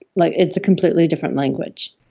like it's a completely different language.